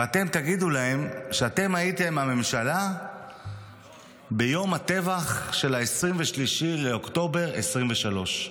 ואתם תגידו להם שאתם הייתם הממשלה ביום הטבח של 23 באוקטובר 2023,